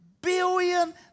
billion